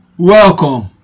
welcome